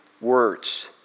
words